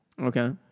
Okay